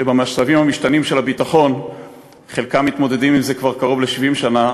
שבמצבים המשתנים של הביטחון חלקם מתמודדים עם זה כבר קרוב ל-70 שנה,